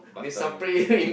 Batam